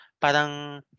Parang